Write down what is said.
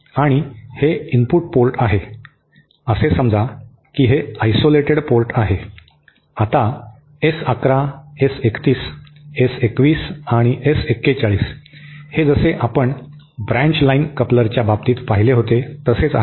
आणि हे input port आहे असे समजा की हे आयसोलेटेड पोर्ट आहे आता एस 11 एस 31 एस 21 आणि एस 41 हे जसे आपण ब्रँच लाइन कपलरच्या बाबतीत पाहिले होते तसेच आहेत